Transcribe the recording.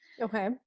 Okay